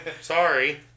Sorry